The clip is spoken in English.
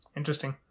Interesting